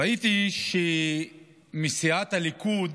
ראיתי שמסיעת הליכוד